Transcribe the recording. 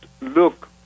look